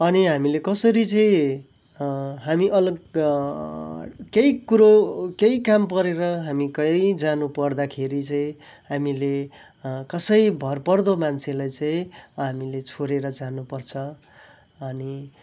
अनि हामीले कसरी चाहिँ हामी अलग केही कुरो केही काम परेर हामी काहीँ जानुपर्दाखेरि चाहिँ हामीले कसै भर पर्दो मान्छेलाई चाहिँ हामीले छोडेर जानुपर्छ अनि